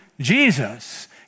Jesus